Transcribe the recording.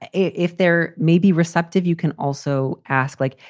if they're maybe receptive. you can also ask, like,